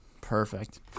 Perfect